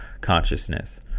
consciousness